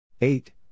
Eight